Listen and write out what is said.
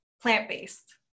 plant-based